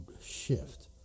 shift